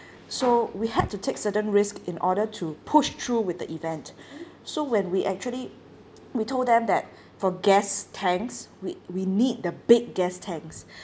so we had to take certain risk in order to push through with the event so when we actually we told them that for gas tanks we we need the big gas tanks